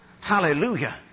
Hallelujah